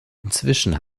inzwischen